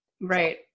Right